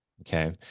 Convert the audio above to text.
Okay